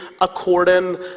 according